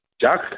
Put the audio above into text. Jack